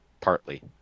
Partly